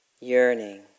yearning